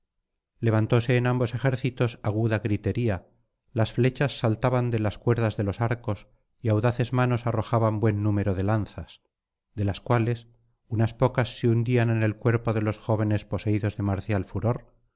levantóse en ambos ejércitos aguda gritería las flechas saltaban de las cuerdas de los arcos y audaces manos arrojaban buen número de lanzas de las cuales unas pocas se hundían en el cuerpo de los jóvenes poseídos de marcial furor